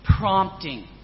prompting